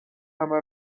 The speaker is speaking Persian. همه